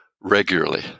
regularly